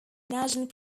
national